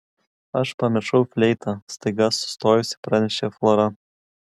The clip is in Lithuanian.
aš pamiršau fleitą staiga sustojusi pranešė flora